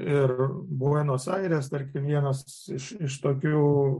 ir buenos aires tarkim vienas iš iš tokių